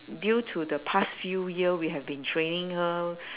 due to the past few year we have been training her